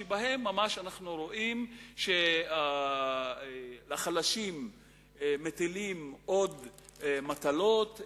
שבהם אנחנו רואים שעל החלשים מטילים עוד מטלות,